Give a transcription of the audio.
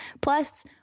Plus